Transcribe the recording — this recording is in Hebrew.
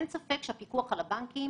ועדת הריכוזיות